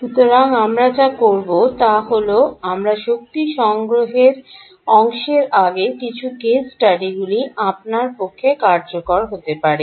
সুতরাং আমরা যা করব তা হল আমরা শক্তি সংগ্রহের অংশের আগে কিছু কেস স্টাডিগুলি আপনার পক্ষে কার্যকর হতে পারে